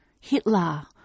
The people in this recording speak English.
Hitler